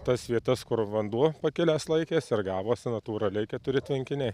tas vietas kur vanduo pakilęs laikėsi ir gavosi natūraliai keturi tvenkiniai